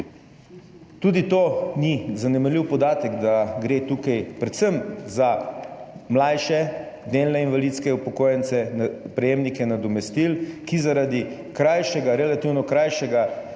Tudi to ni zanemarljiv podatek, da gre tukaj predvsem za mlajše, delne invalidske upokojence, prejemnike nadomestil, ki imajo zaradi relativno krajše